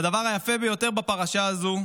והדבר היפה ביותר בפרשה הזאת